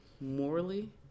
morally